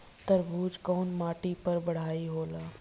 तरबूज कउन माटी पर बढ़ीया होला?